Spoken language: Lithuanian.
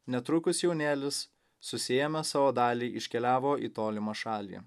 netrukus jaunėlis susiėmęs savo dalį iškeliavo į tolimą šalį